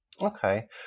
Okay